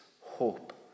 hope